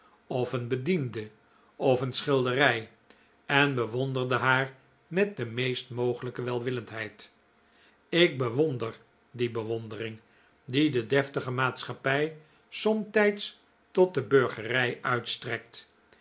of een bediende of een schilderij en bewonderde haar met de meest mogelijke welwillendheid ik bewonder die bewondering die de deftige maatschappij somtijds tot de burgerij uitstrekt